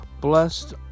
Blessed